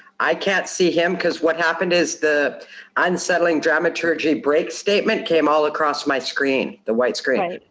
i can't see him cause what happened is the unsettling dramaturgy break statement came all across my screen, the white screen.